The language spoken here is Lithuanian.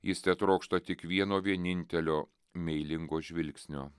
jis tetrokšta tik vieno vienintelio meilingo žvilgsnio